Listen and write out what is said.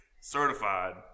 certified